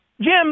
Jim